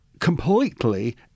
completely